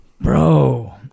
bro